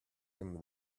him